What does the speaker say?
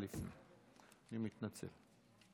אני מתנצל.